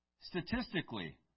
Statistically